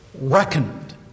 reckoned